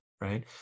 right